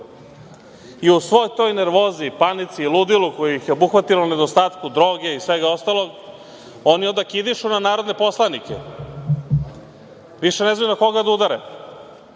i u svoj toj nervozi, panici, ludilu koje ih je obuhvatilo, nedostatku droge i svega ostalog, oni onda kidišu na narodne poslanike. Više ne znaju na koga da udare,